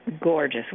gorgeous